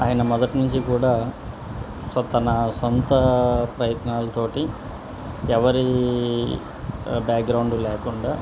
ఆయన మొదటి నుంచి కూడా స తన సొంత ప్రయత్నాలతోటి ఎవరి బ్యాక్గ్రౌండ్ లేకుండా